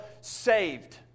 saved